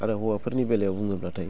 आरो हौवाफोरनि बेलायाव बुङोब्लाथाय